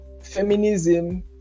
feminism